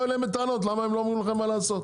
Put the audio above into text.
אליהם בטענות למה הם לא אמרו לכם מה לעשות.